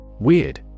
Weird